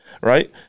right